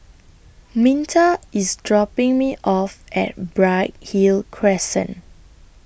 Minta IS dropping Me off At Bright Hill Crescent